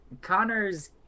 Connor's